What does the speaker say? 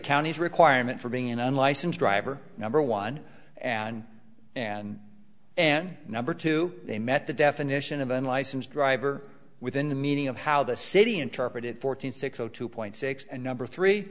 county's requirement for being an unlicensed driver number one and and and number two they met the definition of unlicensed driver within the meaning of how the city interpreted fourteen six o two point six and number three